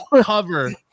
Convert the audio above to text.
cover